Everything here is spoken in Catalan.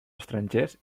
estrangers